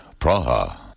Praha